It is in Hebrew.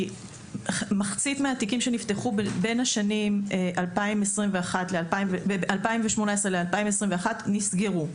כי מחצית מהתיקים שנפתחו בין השנים 2018 ל-2021 נסגרו,